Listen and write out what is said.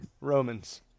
Romans